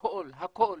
הכל הכל